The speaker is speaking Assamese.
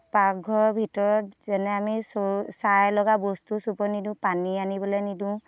পাকঘৰৰ ভিতৰত যেনে আমি চৰু ছাই লগা বস্তু চুব নিদিও পানী আনিবলে নিদিও